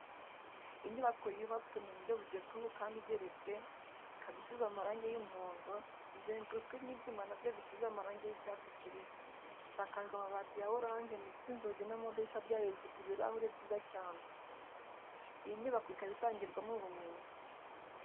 Inyubako yubatswe mu buryo bugezweho kandi igeretse, ikaba isize amarange y'umuhondo, izengurutswe n'ibyuma na byo bisize amarange y'icyatsi kibisi, isakajwe amabati ya oranje ndetse inzugi n'amadirishya byayo bifite ibirahure byiza cya. Iyi nyubako ikaba itangirwamo ubumenyi.